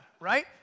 Right